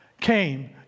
came